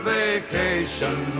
vacation